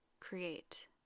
create